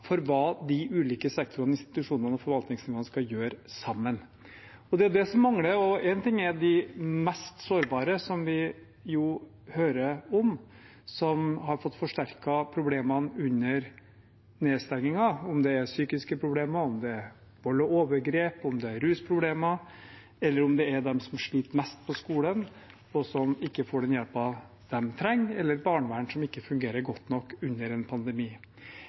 for hva de ulike sektorene, institusjonene og forvaltningsnivåene skal gjøre sammen. Det er det som mangler. Én ting er de mest sårbare, som vi jo hører om, som har fått forsterket problemene under nedstengningen, om det er psykiske problemer, om det er vold og overgrep, om det er rusproblemer, eller om det er de som sliter mest på skolen, og som ikke får den hjelpen, eller et barnevern som ikke fungerer godt nok under en pandemi.